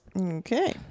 Okay